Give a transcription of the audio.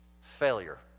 Failure